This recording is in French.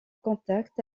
contact